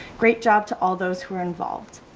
great job to all those who are involved,